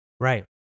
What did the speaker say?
right